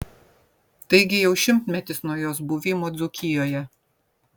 taigi jau šimtmetis nuo jos buvimo dzūkijoje